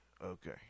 okay